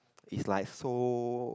it's like so